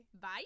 Bye